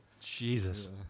Jesus